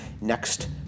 next